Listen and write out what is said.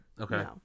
Okay